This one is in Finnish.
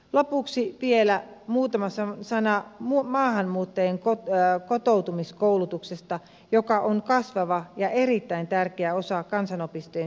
lopuksi vielä muutama sana maahanmuutta jien kotoutumiskoulutuksesta joka on kasvava ja erittäin tärkeä osa kansanopistojen sivistystehtävää